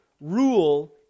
Rule